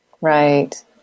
Right